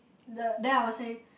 the then I will say